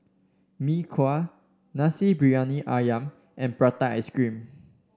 Mee Kuah Nasi Briyani ayam and Prata Ice Cream